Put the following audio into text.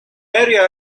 area